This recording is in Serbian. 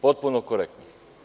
Potpuno korektno.